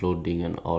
ya